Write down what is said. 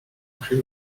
plus